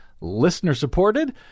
listener-supported